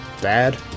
dad